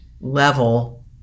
level